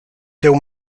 tiu